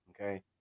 okay